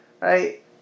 right